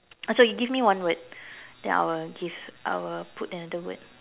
uh so you give me one word then I will give I will put another word